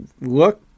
look